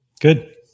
Good